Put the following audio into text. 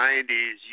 90s